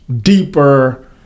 deeper